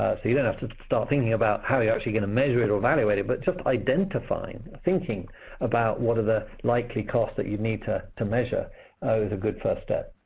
so you don't have to start thinking about how you're actually going to measure it or evaluate it, but just identifying, thinking about what are the likely costs that you need to to measure is a good first step.